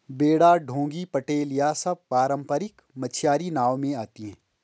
बेड़ा डोंगी पटेल यह सब पारम्परिक मछियारी नाव में आती हैं